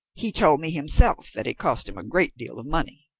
he told me himself that it cost him a great deal of money.